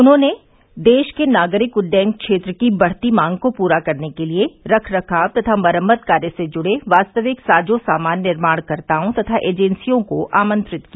उन्होंने देश के नागरिक उड्यन क्षेत्र की बढ़ती मांग को पूरा करने के लिए रख रखाव तथा मरम्मत कार्य से जूड़े वास्तविक साजो समान निर्माणकर्तओं तथा एजेंसियों को आमंत्रित किया